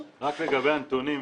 רק לגבי הנתונים,